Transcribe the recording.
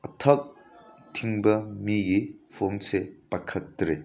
ꯑꯊꯛ ꯊꯤꯟꯕ ꯃꯤꯒꯤ ꯐꯣꯟꯁꯦ ꯄꯥꯏꯈꯠꯇ꯭ꯔꯦ